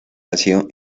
ácido